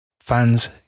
fans